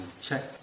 check